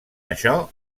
això